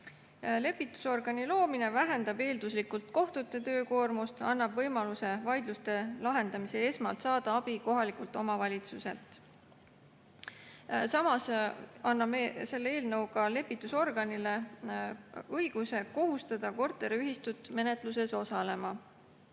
Lepitusorgani loomine vähendab eelduslikult kohtute töökoormust, annab võimaluse vaidluste lahendamisel esmalt saada abi kohalikult omavalitsuselt. Samas anname selle eelnõuga lepitusorganile õiguse kohustada korteriühistut menetluses osalema.